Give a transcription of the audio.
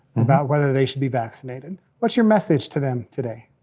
about whether they should be vaccinated. what's your message to them today?